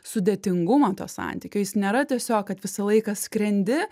sudėtingumą to santykio jis nėra tiesiog kad visą laiką skrendi